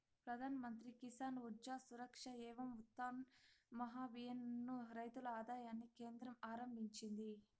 ప్రధాన్ మంత్రి కిసాన్ ఊర్జా సురక్ష ఏవం ఉత్థాన్ మహాభియాన్ ను రైతుల ఆదాయాన్ని కేంద్రం ఆరంభించింది